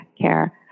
care